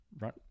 Right